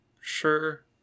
sure